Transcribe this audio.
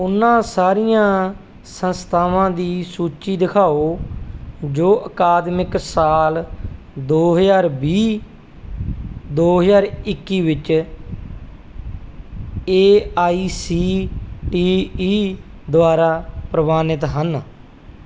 ਉਹਨਾਂ ਸਾਰੀਆਂ ਸੰਸਥਾਵਾਂ ਦੀ ਸੂਚੀ ਦਿਖਾਓ ਜੋ ਅਕਾਦਮਿਕ ਸਾਲ ਦੋ ਹਜਾਰ ਵੀਹ ਦੋ ਹਜਾਰ ਇੱਕੀ ਵਿੱਚ A I C T E ਦੁਆਰਾ ਪ੍ਰਵਾਨਿਤ ਹਨ